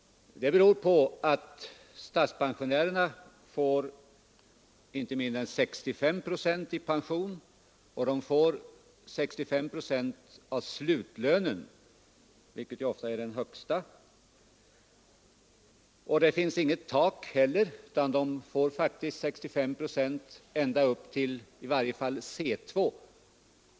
Det beror på att statspensionärerna får inte mindre än 65 procent i pension, och de får 65 procent på slutlönen, vilken ofta är den högsta. Det finns heller inget tak, utan de får faktiskt 65 procent i varje fall ända upp till lönegrad C 2.